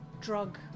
drug